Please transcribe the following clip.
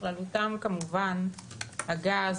בכללם כמובן הגז,